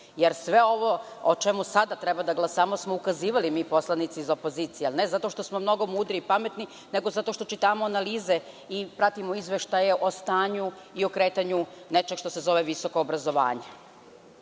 jer sve ovo o čemu treba sada da glasamo smo ukazivali mi poslanici iz opozicije, ali ne zato što smo mnogo mudri i pametni, nego zato čitamo analize i pratimo izveštaje o stanju i o kretanju nečeg što se zove visoko obrazovanje. Dakle,